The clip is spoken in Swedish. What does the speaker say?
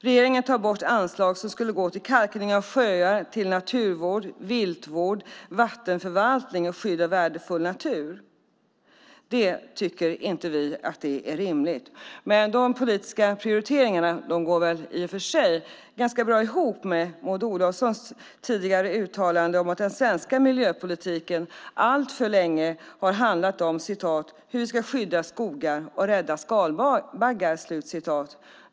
Regeringen tar bort anslag som skulle gå till kalkning av sjöar, naturvård, viltvård, vattenförvaltning och skydd av värdefull natur. Det tycker vi inte är rimligt. Men de politiska prioriteringarna går väl i och för sig ganska bra ihop med Maud Olofssons tidigare uttalande om att den svenska miljöpolitiken alltför länge har handlat om hur vi ska "skydda skogar och rädda skalbaggar".